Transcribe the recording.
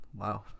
Wow